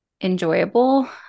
enjoyable